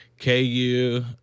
KU